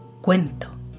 cuento